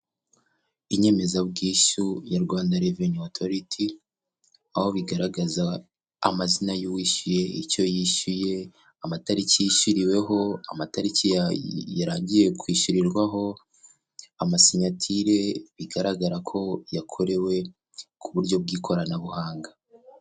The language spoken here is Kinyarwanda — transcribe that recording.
Inyemezabwishyu ya Rwanda reveni otoriti, aho bigaragaza amazina y' uwishyuye, icyo yishyuye, amatariki yishyuriweho, amatariki yarangiye kwishyurirwaho, amasinyatire bigaragara ko yakorewe ku buryo bw'ikoranabuhanga.